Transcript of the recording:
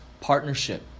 partnership